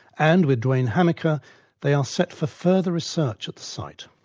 and with duane hamacher they are set for further research at the site.